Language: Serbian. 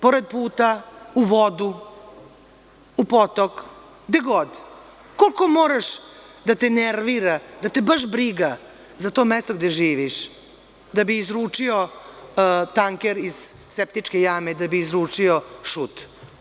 Pored puta, u vodu, u potok, gde god, koliko mora da te nervira, da te baš briga za to mesto gde živiš da bi izručio tanker iz septičke jame, da bi izručio šut.